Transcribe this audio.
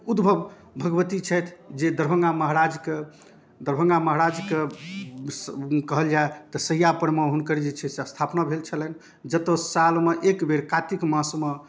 उद्भव भगवती छथि जे दरभङ्गा महाराजके दरभङ्गा महाराज के कहल जाए तऽ शय्यापरमे हुनकर जे छै से स्थापना भेल छलनि जतऽ सालमे एक बेरके कातिक मासमे